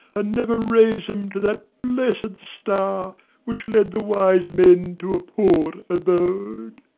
and never raise them to that blessed star which led the wise men to a poor abode!